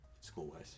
school-wise